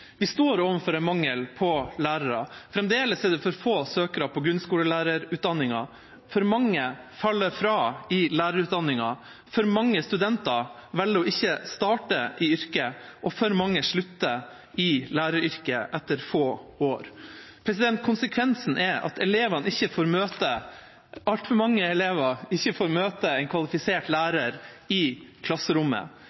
Vi står overfor en mangel på lærere. Fremdeles er det for få søkere til grunnskolelærerutdanningen. For mange faller fra i lærerutdanningen, for mange studenter velger å ikke starte i yrket, og for mange slutter i læreryrket etter få år. Konsekvensen er at altfor mange elever ikke får møte en kvalifisert